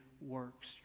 Works